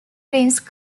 prince